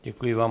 Děkuji vám.